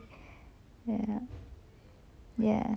ya